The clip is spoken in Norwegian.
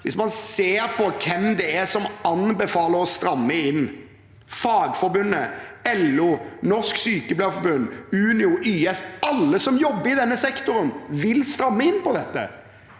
Hvis man da ser på hvem det er som anbefaler å stramme inn, er det Fagforbundet, LO, Norsk Sykepleierforbund, Unio og YS: Alle som jobber i denne sektoren, vil stramme inn på dette.